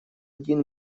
один